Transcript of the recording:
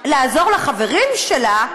לעזור לחברים שלה,